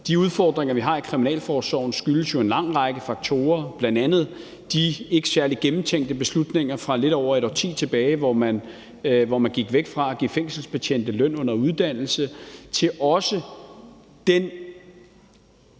de udfordringer, vi har i kriminalforsorgen, skyldes en lang række faktorer, bl.a. de ikke særlig gennemtænkte beslutninger fra lidt over et årti tilbage, hvor man gik væk fra at give fængselsbetjente løn under uddannelse, og også den